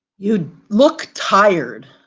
you look tired.